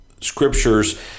scriptures